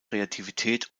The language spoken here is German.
kreativität